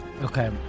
Okay